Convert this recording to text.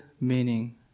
meaning